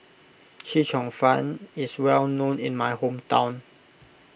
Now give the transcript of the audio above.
Chee Cheong Fun is well known in my hometown